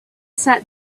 sat